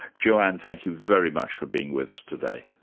joanne, thank you very much for being with us today.